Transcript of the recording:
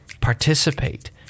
participate